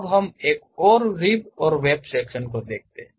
अब हम एक और रिब और वेब सेक्शन को देखते हैं